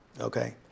okay